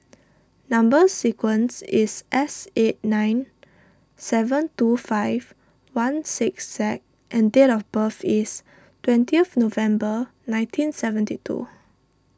Number Sequence is S eight nine seven two five one six Z and date of birth is twenty November nineteen seventy two